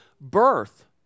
birth